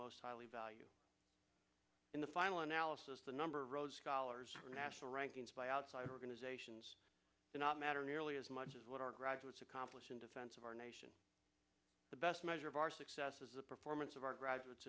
most highly value in the final analysis the number rhodes scholars or national rankings by outside organizations do not matter nearly as much as what our graduates accomplish in defense of our nation the best measure of our success is the performance of our graduates